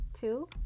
two